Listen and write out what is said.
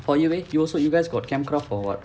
for you eh you also you guys got campcraft or what